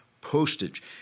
postage